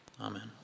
Amen